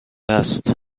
هست